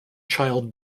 child